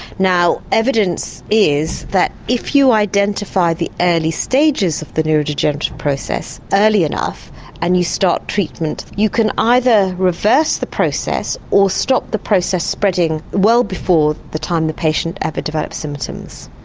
now evidence is that if you identify the early stages of the neurodegenerative process early enough and you start treatment you can either reverse the process or stop the process spreading well before the time the patient ever develops symptoms.